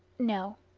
no.